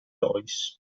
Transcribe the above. loïs